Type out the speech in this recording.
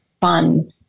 fun